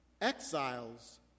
exiles